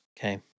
Okay